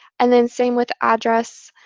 and then same with address.